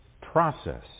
process